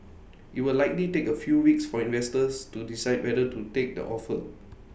IT will likely take A few weeks for investors to decide whether to take the offer